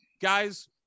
guys